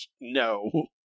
No